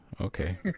Okay